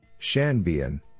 Shanbian